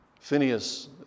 Phineas